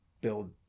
build